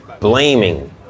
blaming